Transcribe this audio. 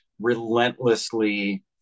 relentlessly